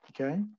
Okay